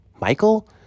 Michael